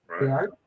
right